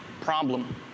problem